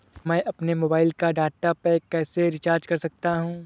मैं अपने मोबाइल का डाटा पैक कैसे रीचार्ज कर सकता हूँ?